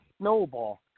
snowball